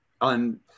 on